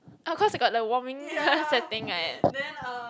oh cause they got the warming setting right